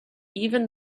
even